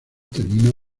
terminó